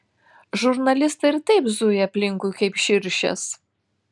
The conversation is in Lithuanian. žurnalistai ir taip zuja aplinkui kaip širšės